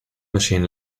machine